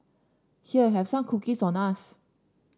here have some cookies on us